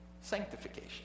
Sanctification